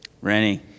Rennie